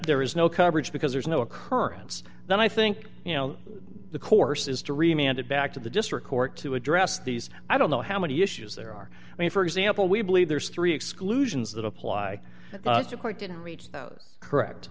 there is no coverage because there's no occurrence then i think you know the course is to remain and it back to the district court to address these i don't know how many issues there are i mean for example we believe there's three exclusions that apply to quite didn't reach the correct